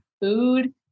food